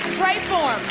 pray for em,